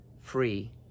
free